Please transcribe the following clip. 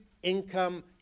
income